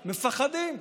מפחדים.